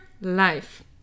life